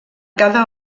cada